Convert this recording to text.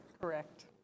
Correct